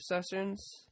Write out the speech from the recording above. sessions